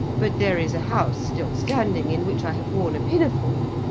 but, there is a house still standing, in which i have worn a pinafore,